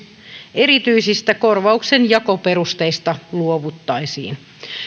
erityisistä korvauksen jakoperusteista luovuttaisiin